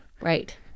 right